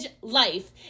life